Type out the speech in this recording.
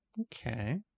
Okay